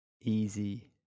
easy